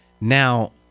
Now